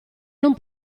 non